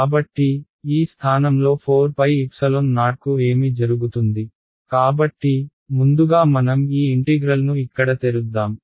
కాబట్టి ఈ స్థానంలో 4πo కు ఏమి జరుగుతుంది కాబట్టి ముందుగా మనం ఈ ఇంటిగ్రల్ను ఇక్కడ తెరుద్దాం